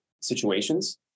situations